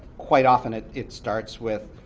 quite often, it it starts with